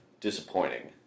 disappointing